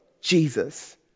Jesus